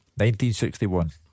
1961